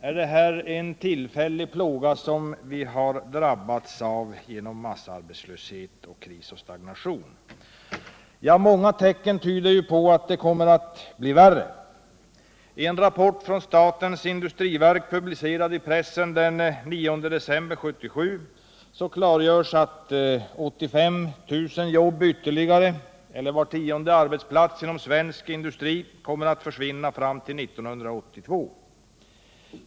Är det här en tillfällig plåga som vi har drabbats av genom massarbetslöshet, kris och stagnation? Många tecken tyder på att det här kommer att bli än värre. I en rapport från statens industriverk, publicerad i pressen den 9 december 1977, klargörs att 85 000 jobb ytterligare, eller var tionde arbetsplats inom svensk industri, kommer att försvinna fram till 1982.